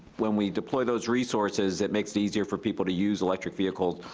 when we deploy those resources, it makes it easier for people to use electric vehicles,